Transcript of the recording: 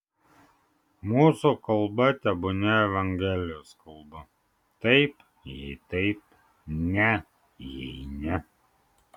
mūsų kalba tebūnie evangelijos kalba taip jei taip ne jei ne